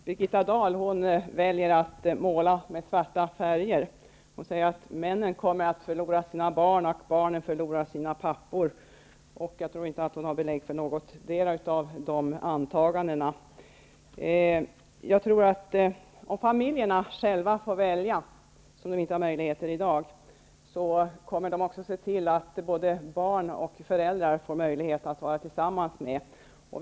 Herr talman! Birgitta Dahl väljer att måla med svarta färger. Hon säger att männen kommer att förlora sina barn och att barnen kommer att förlora sina pappor. Jag tror inte att hon har belägg för något av de antagandena. Om familjerna själva får välja, vilket de inte har möjlighet till i dag, så kommer de också att se till att barn och föräldrar får möjlighet att vara tillsammans mera.